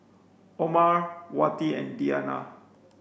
Omar Wati and Diyana